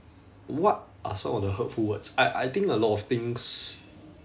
what are some of the hurtful words I I think a lot of things